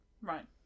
right